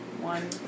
One